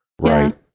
Right